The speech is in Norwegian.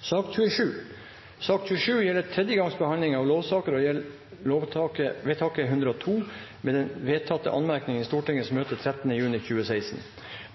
Sak nr. 27 gjelder tredje gangs behandling av lovsak og gjelder lovvedtak 102 med den vedtatte anmerkning i Stortingets møte den 13. juni 2016.